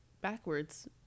backwards